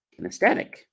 Kinesthetic